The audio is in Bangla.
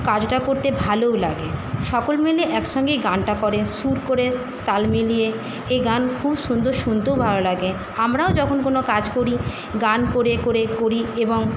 কাজটা করতে ভালোও লাগে সকল মিলে একসঙ্গে গানটা করেন সুর করে তাল মিলিয়ে এই গান খুব সুন্দর শুনতেও ভালো লাগে আমরাও যখন কোনও কাজ করি গান করে করে করি এবং